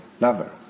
lover